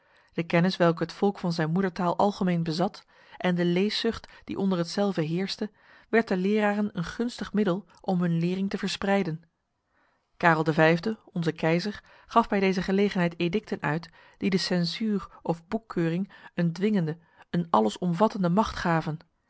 de kennis welke het volk van zijn moedertaal algemeen bezat en de leeszucht die onder hetzelve heerste werd de leraren een gunstig middel om hun lering te verspreiden karel v onze keizer gaf bij deze gelegenheid edicten uit die de censuur of boekkeuring een dwingende een allesomvattende macht gaven